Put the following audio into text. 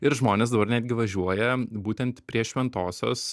ir žmonės dabar netgi važiuoja būtent prie šventosios